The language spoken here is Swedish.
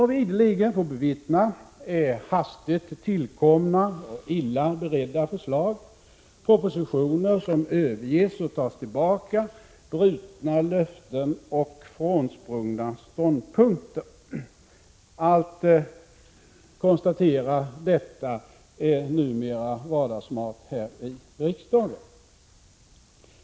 Vad vi ideligen får bevittna är hastigt tillkomna och illa förberedda förslag, propositioner som överges och tas tillbaka, brutna löften och frånsprungna ståndpunkter. Att man konstaterar detta är numera vardagsmat här i riksdagen.